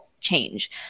change